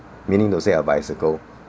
meaning to say a bicycle